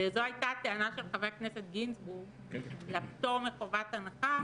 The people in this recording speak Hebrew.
וזאת הייתה הטענה של חבר הכנסת גינזבורג לפטור מחובת הנחה